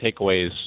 takeaways